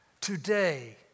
Today